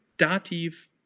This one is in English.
Dativ